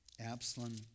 Absalom